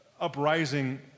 uprising